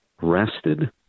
rested